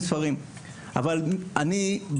אבל אדוני היושב ראש,